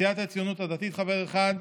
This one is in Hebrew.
סיעת הציונות הדתית, חבר אחד,